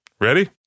Ready